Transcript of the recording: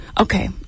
Okay